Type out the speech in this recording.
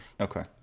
Okay